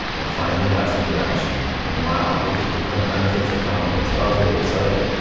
um finally got some direction, and wow, look at the kind of benefits that come with it. so i was really excited.